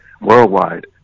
worldwide